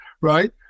right